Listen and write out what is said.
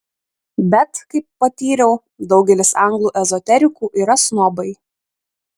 bet kaip patyriau daugelis anglų ezoterikų yra snobai